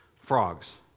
frogs